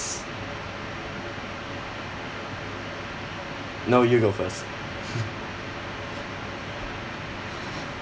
no you go first